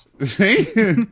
See